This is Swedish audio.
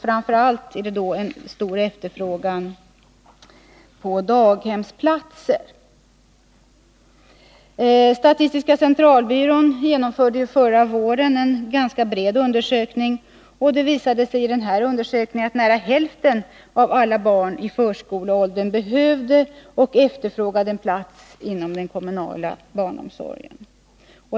Framför allt är det då en stor efterfrågan på daghemsplatser. Statistiska centralbyrån genomförde förra våren en ganska bred undersökning. Denna visade att nära hälften av alla barn i förskoleåldern behövde och efterfrågade en plats inom den kommunala barnomsorgen.